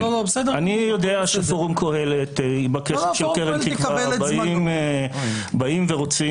אני יודע שפורום "קהלת" --- באים ורוצים